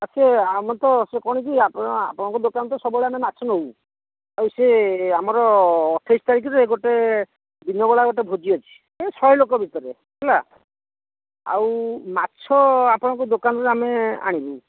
ଆଉ ସେ ଆମେ ତ ସେ କ'ଣ କି ଆପଣ ଆପଣଙ୍କ ଦୋକାନରୁ ତ ସବୁବେଳେ ଆମେ ମାଛ ନେଉ ଆଉ ସେ ଆମର ଅଠେଇଶ ତାରିଖରେ ଗୋଟେ ଦିନବେଳା ଗୋଟେ ଭୋଜି ଅଛି ଏ ଶହେ ଲୋକ ଭିତରେ ହେଲା ଆଉ ମାଛ ଆପଣଙ୍କ ଦୋକାନରୁ ଆମେ ଆଣିବୁ